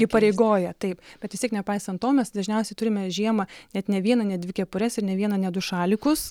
įpareigoja taip bet vis tiek nepaisant to mes dažniausiai turime žiemą net ne vieną ne dvi kepures ir ne vieną ne du šalikus